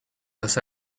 las